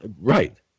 Right